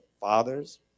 Fathers